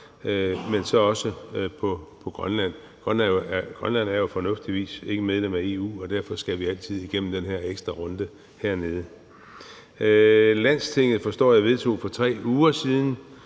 men så også på Grønland. Grønland er jo fornuftigvis ikke medlem af EU, og derfor skal vi altid igennem den her ekstra runde hernede. Grønlands Landsting, forstår jeg, vedtog for 3 uger siden